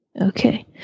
Okay